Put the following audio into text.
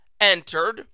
entered